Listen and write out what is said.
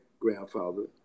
grandfather